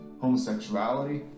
Homosexuality